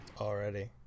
Already